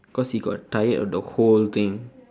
because he got tired of the hole thing